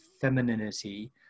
femininity